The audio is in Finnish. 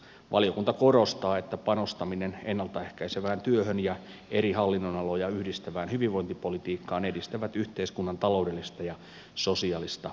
valiokunta korostaa että panostaminen ennalta ehkäisevään työhön ja eri hallinnonaloja yhdistävään hyvinvointipolitiikkaan edistää yhteiskunnan taloudellista ja sosiaalista kestävyyttä